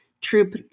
Troop